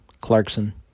Clarkson